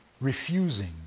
refusing